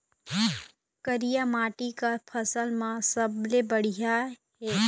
करिया माटी का फसल बर सबले बढ़िया ये?